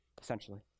essentially